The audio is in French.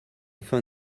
fin